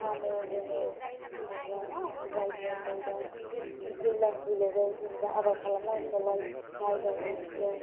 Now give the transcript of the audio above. फानो जोङो जेनेबा सबायफोर नै दा दैज्लां फैलायबाय जेनेबा आबाद खालामनांसिगौलाय माइ गायनांसिगौ